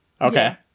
Okay